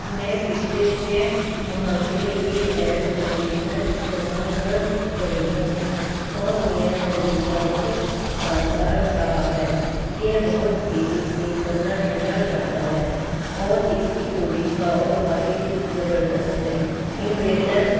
میں پچھلے چھ ماہ سے یہ ایئرکنڈیشنر استعمال کر رہی ہوں اور میرا تجربہ بہت شاندار رہا ہے یہ بہت تیزی سے کمرہ ٹھنڈا کرتا ہے اور اس کی کولنگ پاور واقعی زبردست ہے انویٹر